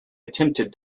attempted